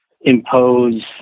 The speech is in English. impose